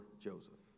Joseph